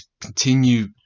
continue